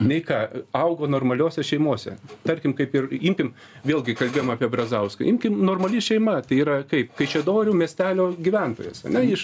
nei ką augo normaliose šeimose tarkim kaip ir imkim vėlgi kalbėjom apie brazauską imkim normali šeima tai yra kaip kaišiadorių miestelio gyventojas ane iš